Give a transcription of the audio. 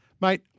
Mate